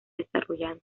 desarrollados